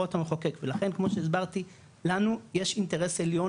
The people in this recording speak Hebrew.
להוראות המחוקק ולכן כמו שהסברתי לנו יש אינטרס עליון